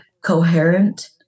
coherent